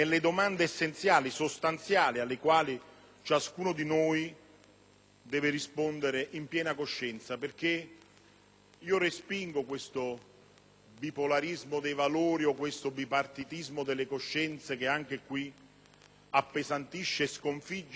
ciascuno di noi deve rispondere in piena coscienza. Io respingo il bipolarismo dei valori o il bipartitismo delle coscienze che anche qui appesantisce e sconfigge, su queste tematiche, la politica.